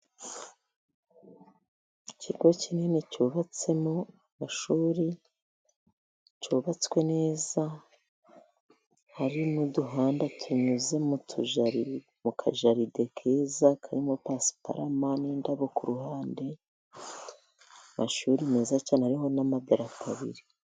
Ikigo kinini cyubatsemo amashuri cyubatswe neza, hari n'uduhanda tunyuze mu kajaride keza, karimo pasiparama n'indabo k'uruhande, amashuri meza cyane ariho n'amadarapo abiri.